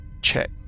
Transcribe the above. check